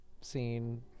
scene